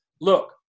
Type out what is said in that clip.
look